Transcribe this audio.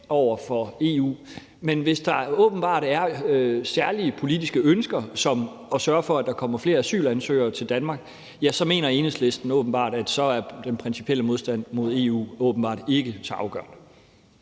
over for EU? Men hvis der er særlige politiske ønsker som at sørge for, at der kommer flere asylansøgere til Danmark, ja, så mener Enhedslisten åbenbart, at så er den principielle modstand mod EU ikke så afgørende.